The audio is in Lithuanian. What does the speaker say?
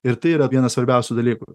ir tai yra vienas svarbiausių dalykų